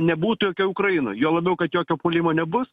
nebūtų jokioj ukrainoj juo labiau kad jokio puolimo nebus